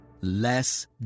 Less